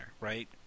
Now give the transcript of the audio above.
right